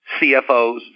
CFOs